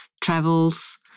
travels